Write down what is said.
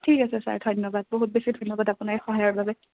ঠিক আছে ছাৰ ধন্যবাদ বহুত বেছি ধন্যবাদ আপোনাৰ এই সহায়ৰ বাবে